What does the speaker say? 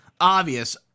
obvious